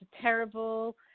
terrible